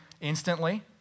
instantly